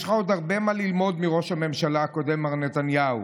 יש לך עוד הרבה מה ללמוד מראש הממשלה הקודם מר נתניהו.